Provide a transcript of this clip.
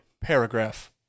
paragraph